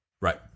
Right